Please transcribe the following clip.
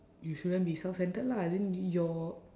you shouldn't be self centred lah then your